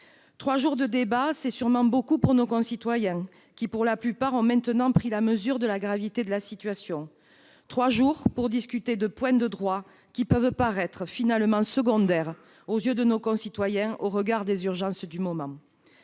Trois jours de débat, c'est sûrement beaucoup pour nos concitoyens, qui, pour la plupart, ont maintenant pris la mesure de la gravité de la situation. Trois jours pour discuter de points de droit qui peuvent paraître finalement secondaires aux yeux de nos concitoyens au regard des urgences du moment.